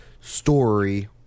story